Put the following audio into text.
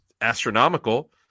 astronomical